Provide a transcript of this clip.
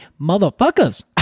motherfuckers